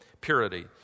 purity